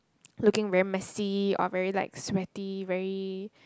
looking very messy or very like sweaty very